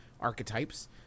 archetypes